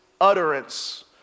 utterance